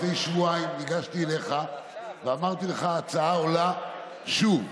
לפני שבועיים ניגשתי אליך ואמרתי לך שההצעה עולה שוב.